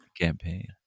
campaign